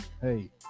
hey